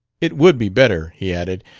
it would be better, he added,